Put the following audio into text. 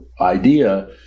idea